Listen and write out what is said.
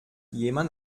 jemand